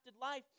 life